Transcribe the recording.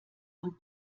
und